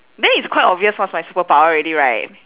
then it's quite obvious what's my superpower already right